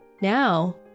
Now